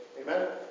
Amen